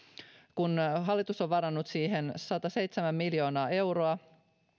kun hallitus on varannut uusiin velvoitteisiin sataseitsemän miljoonaa euroa